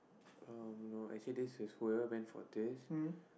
I don't know I see this is whoever went for this